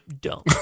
dumb